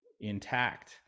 intact